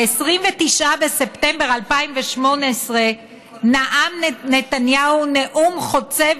ב-29 בספטמבר 2018 נאם נתניהו נאום חוצב